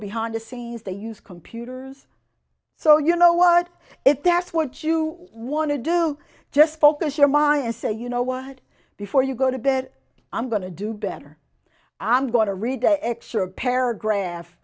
behind the scenes they use computers so you know what if that's what you want to do just focus your miles say you know what before you go to bed i'm going to do better i'm going to read the extra paragraph